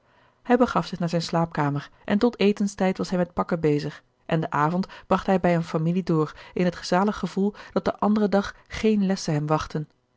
hij begaf zich naar zijne slaapkamer en tot etenstijd was hij met pakken bezig en den avond bracht hij bij eene familie door in het zalig gevoel dat den anderen dag geen lessen hem wachtten